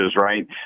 right